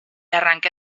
arranque